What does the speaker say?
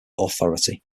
authority